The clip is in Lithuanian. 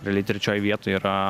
realiai trečioj vietoj yra